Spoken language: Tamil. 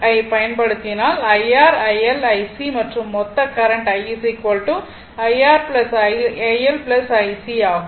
யை பயன்படுத்தினால் IR IL IC மற்றும் மொத்த current I IR IL IC ஆகும்